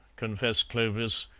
confessed clovis,